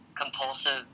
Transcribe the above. compulsive